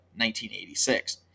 1986